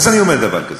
אני אומר דבר כזה: